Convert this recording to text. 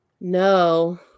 No